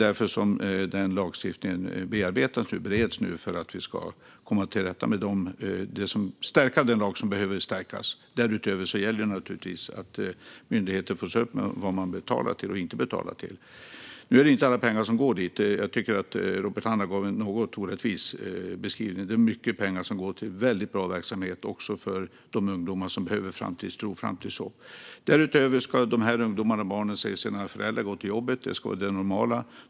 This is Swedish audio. Denna lagstiftning bearbetas och bereds nu för att vi ska komma till rätta med detta och stärka den lag som behöver stärkas. Därutöver gäller naturligtvis att myndigheter får se upp med vad de betalar och inte betalar till. Nu är det ju inte alla pengar som går dit; jag tycker att Robert Hannah gav en något orättvis beskrivning. Det är mycket pengar som går till väldigt bra verksamhet, också för de ungdomar som behöver framtidstro och framtidshopp. Därutöver ska dessa ungdomar och barn se sina föräldrar gå till jobbet; det ska vara det normala.